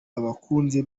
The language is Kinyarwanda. abakunzi